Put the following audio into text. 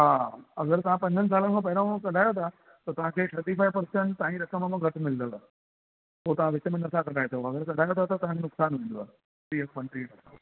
हा हा अगरि तव्हां पंजनि साल खां पहिरियों कढायो था त तव्हांखे थर्टी फाइव पर्सेंट तव्हांजी रक़म मां घट मिलंदव पोइ तव्हां विच में न था कढाए सघो अगरि कढायो था त तव्हां जो नुक़सान थींदव टीह पंटीह लख